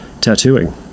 tattooing